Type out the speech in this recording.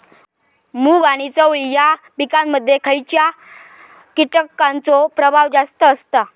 मूग आणि चवळी या पिकांमध्ये खैयच्या कीटकांचो प्रभाव जास्त असता?